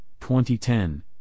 2010